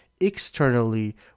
externally